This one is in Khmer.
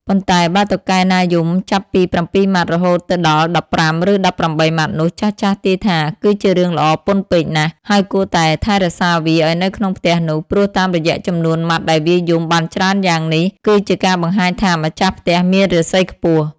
ប៉ុន្តែបើតុកកែណាយំចាប់ពី ៧ម៉ាត់ រហូតទៅដល់ ១៥ ឬ ១៨ ម៉ាត់នោះ ចាស់ៗទាយថា គឺជារឿងល្អពន់ពេកណាស់ ហើយគួរតែថែរក្សាវាឱ្យនៅក្នុងផ្ទះនោះ ព្រោះតាមរយៈចំនួនម៉ាត់ដែលវាយំបានច្រើនយ៉ាងនេះ គឺជាការបង្ហាញថា ម្ចាស់ផ្ទះមានរាសីខ្ពស់។